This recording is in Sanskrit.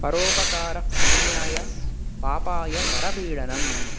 परोपकारः पुण्याय पापाय परपीडनम्